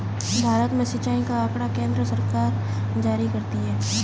भारत में सिंचाई का आँकड़ा केन्द्र सरकार जारी करती है